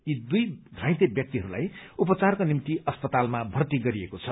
यी दुइ घाइते व्यक्तिहरूलाई उपचारको निम्ति अस्तालमा भर्ती गरिएको छ